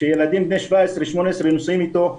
ילדים בני 18-17 שנוסעים איתם.